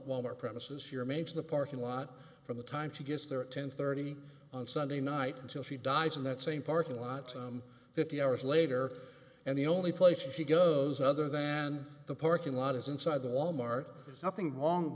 wal mart premises here maybe in the parking lot from the time she gets there at ten thirty on sunday night until she dies in that same parking lot i'm fifty hours later and the only place she goes other than the parking lot is inside the wal mart there's nothing wrong